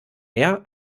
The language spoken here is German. mehr